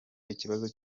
ikibazo